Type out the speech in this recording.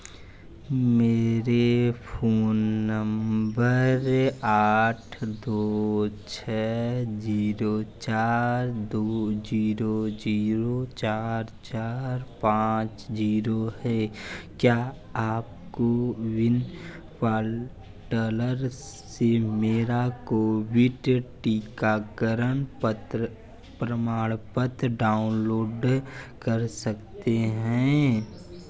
मेरे phone number आठ दो छः जीरो चार दो जीरो जीरो चार चार पाँच जीरो है क्या आप कोविन पालटलर से मेरा कोविड टीकाकरण पत्र प्रमाण पत्र डाउनलोड कर सकते हैं